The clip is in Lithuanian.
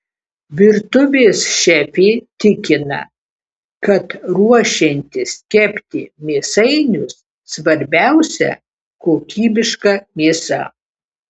virtuvės šefė tikina kad ruošiantis kepti mėsainius svarbiausia kokybiška mėsa